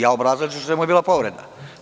Ja obrazlažem u čemu je bila povreda.